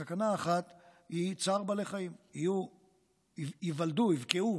הסכנה האחת היא צער בעלי חיים, ייוולדו, יבקעו,